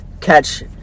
catch